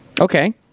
Okay